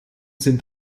sind